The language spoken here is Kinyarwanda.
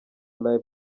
live